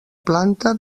planta